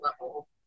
level